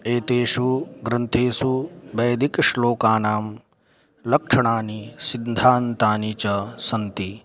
एतेषु ग्रन्थेषु वैदिकश्लोकानां लक्षणानि सिद्धान्तानि च सन्ति